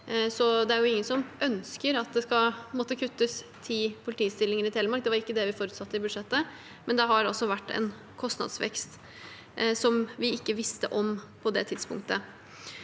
Det er ingen som ønsker at det skal måtte kuttes ti politistillinger i Telemark, det var ikke det vi forutsatte i budsjettet, men det har altså vært en kostnadsvekst som vi ikke visste om på det tidspunktet.